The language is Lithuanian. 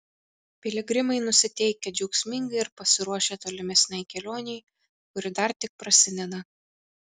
piligrimai nusiteikę džiaugsmingai ir pasiruošę tolimesnei kelionei kuri dar tik prasideda